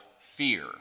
fear